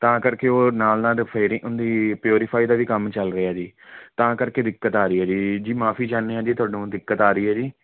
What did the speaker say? ਤਾਂ ਕਰਕੇ ਉਹ ਨਾਲ ਨਾਲ ਰਫੇਰੀ ਉਹਦੀ ਪਿਓਰੀਫਾਈ ਦਾ ਵੀ ਕੰਮ ਚੱਲ ਰਿਹਾ ਜੀ ਤਾਂ ਕਰਕੇ ਦਿੱਕਤ ਆ ਰਹੀ ਹੈ ਜੀ ਮਾਫੀ ਚਾਹੁੰਦੇ ਹਾਂ ਜੀ ਤੁਹਾਨੂੰ ਦਿੱਕਤ ਆ ਰਹੀ ਹੈ ਜੀ